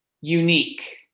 unique